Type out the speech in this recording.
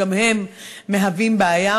גם הם מהווים בעיה.